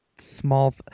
small